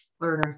learners